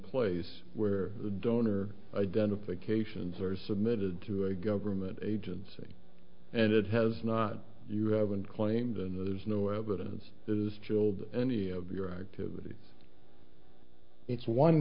place where the donor identifications are submitted to a government agency and it has not you haven't claimed and there's no evidence as chilled any of your activities it's one